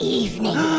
evening